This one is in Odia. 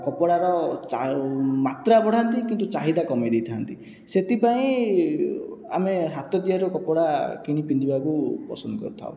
କପଡ଼ାର ମାତ୍ରା ବଢ଼ାନ୍ତି କିନ୍ତୁ ଚାହିଦା କମାଇ ଦେଇଥାନ୍ତି ସେଥିପାଇଁ ଆମେ ହାତ ତିଆରିର କପଡ଼ା କିଣି ପିନ୍ଧିବାକୁ ପସନ୍ଦ କରିଥାଉ